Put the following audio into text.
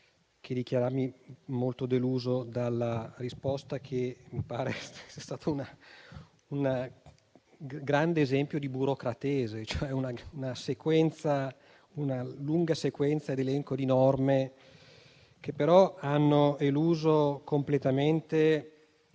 che dichiararmi molto deluso dalla risposta, che mi pare sia stato un grande esempio di burocratese, con una lunga sequenza e un elenco di norme che hanno eluso però completamente